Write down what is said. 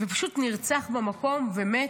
ופשוט נרצח במקום ומת,